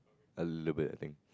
a little bit I think